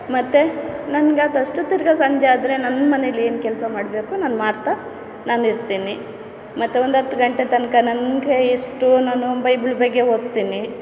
ಮತ್ತೆ ನನ್ಗೆ ಅದು ಅಷ್ಟು ತಿರ್ಗಾ ಸಂಜೆ ಆದರೆ ನನ್ನ ಮನೇಲಿ ಏನು ಕೆಲಸ ಮಾಡಬೇಕು ನಾನು ಮಾಡ್ತಾ ನಾನು ಇರ್ತೀನಿ ಮತ್ತೆ ಒಂದು ಹತ್ತು ಗಂಟೆ ತನಕ ನನ್ಗೆ ಎಷ್ಟು ನಾನು ಬೈಬಲ್ ಬಗ್ಗೆ ಓದ್ತೀನಿ